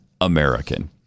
American